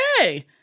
okay